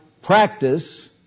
practice